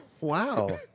Wow